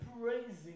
praising